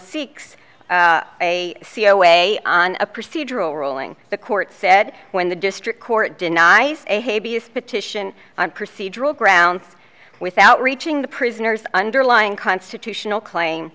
seeks a c o way on a procedural ruling the court said when the district court denies a petition on procedural grounds without reaching the prisoner's underlying constitutional claim